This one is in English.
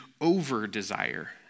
over-desire